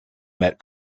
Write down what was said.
met